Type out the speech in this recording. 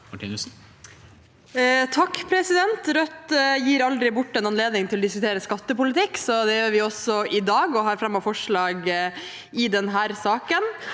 Martinussen (R) Rødt gir aldri bort en anledning til å diskutere skattepolitikk. Det gjør vi også i dag og har fremmet et forslag i denne saken.